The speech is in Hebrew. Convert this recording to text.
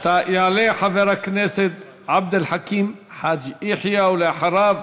יעלה חבר הכנסת עבד אל חכים חאג' יחיא, ואחריו,